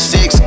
Six